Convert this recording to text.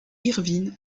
irvine